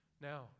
Now